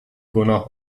گناه